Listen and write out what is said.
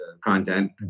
content